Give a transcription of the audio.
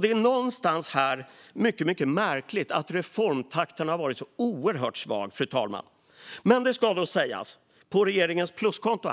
Det är mycket märkligt att reformtakten har varit så oerhört svag, fru talman. Det ska dock sägas, på regeringens pluskonto,